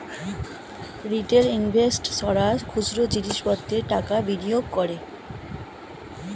retail ইনভেস্টর্সরা খুচরো জিনিস পত্রে টাকা বিনিয়োগ করে